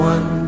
One